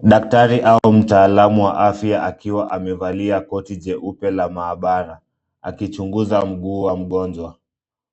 Daktari au mtaalamu wa afya akiwa amevalia koti jeupe la maabara, akichunguza mguu wa mgonjwa.